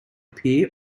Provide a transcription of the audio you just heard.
peer